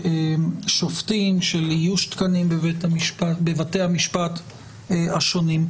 שופטים של איוש התקנים בבתי המשפט השונים.